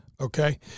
okay